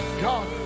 God